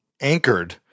anchored